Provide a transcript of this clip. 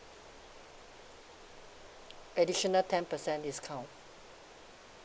additional ten percent discount